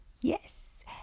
Yes